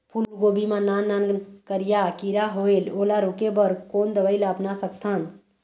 फूलगोभी मा नान नान करिया किरा होयेल ओला रोके बर कोन दवई ला अपना सकथन?